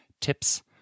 tips